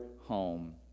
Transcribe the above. home